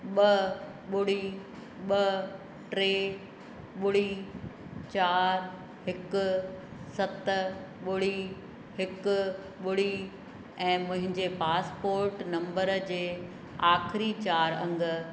ॿ ॿुड़ी ॿ टे ॿुड़ी चारि हिकु सत ॿुड़ी हिकु ॿुड़ी ऐं मुंहिंजे पासपोर्ट नंबर जे आखिरी चारि अङ